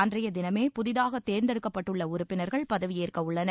அன்றைய தினமே புதிதாக தேர்ந்தெடுக்கப்பட்டுள்ள உறுப்பினர்கள் பதவியேற்கவுள்ளனர்